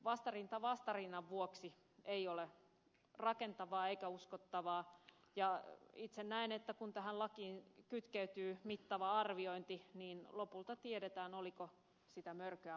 vastarinta vastarinnan vuoksi ei ole rakentavaa eikä uskottavaa ja itse näen että kun tähän lakiin kytkeytyy mittava arviointi niin lopulta tiedetään oliko sitä mörköä olemassakaan